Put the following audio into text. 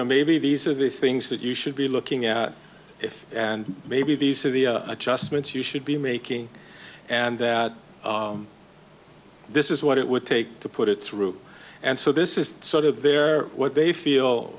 know maybe these are the things that you should be looking at if maybe these are the adjustments you should be making and this is what it would take to put it through and so this is sort of their what they feel